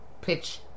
pitch